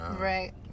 Right